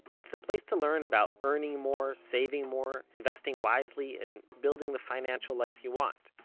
it's the place to learn about earning more, saving more, investing wisely and building the financial life you want.